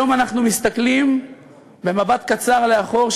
היום אנחנו מסתכלים במבט קצר לאחור,